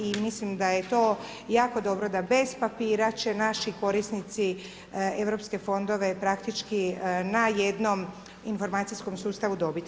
I mislim da je to jako dobro da bez papira će naši korisnici europske fondove praktički na jednom informacijskom sustavu dobiti.